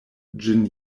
ĝin